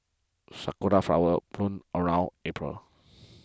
sakura flowers bloom around April